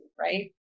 right